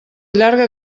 llarga